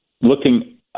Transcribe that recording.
looking